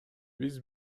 биз